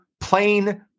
plain